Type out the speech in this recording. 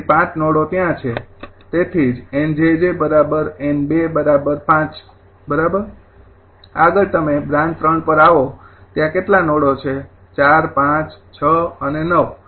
તેથી ૫ નોડો ત્યાં છે તેથી જ 𝑁 𝑗𝑗 𝑁૨ ૫ બરાબર આગળ તમે બ્રાન્ચ 3 પર આવો ત્યાં કેટલા નોડો છે ૪૫૬ અને ૯